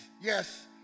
yes